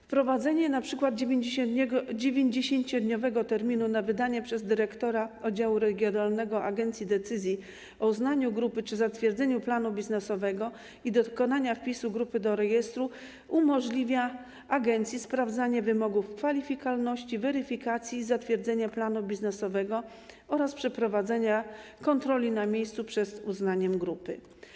Wprowadzenie 90-dniowego terminu na wydanie przez dyrektora oddziału regionalnego agencji decyzji o uznaniu grupy czy zatwierdzeniu planu biznesowego i dokonaniu wpisu grupy do rejestru umożliwia agencji sprawdzenie wymogów kwalifikowalności, weryfikację i zatwierdzenie planu biznesowego oraz przeprowadzenie kontroli na miejscu przed uznaniem grupy.